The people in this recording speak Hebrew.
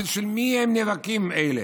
אז בשביל מי הם נאבקים, אלה?